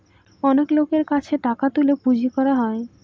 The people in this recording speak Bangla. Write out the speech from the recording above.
অনেক লোকের কাছে টাকা তুলে পুঁজি করা হয়